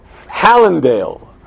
Hallandale